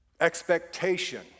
Expectation